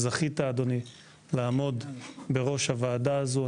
זכית, אדוני, לעמוד בראש הוועדה הזו.